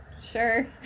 sure